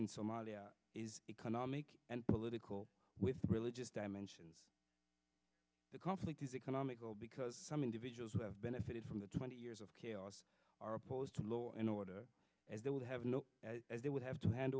in somalia is economic and political with religious dimension the conflict is economical because some individuals who have benefited from the twenty years of chaos are opposed to law and order as they would have no as they would have to hand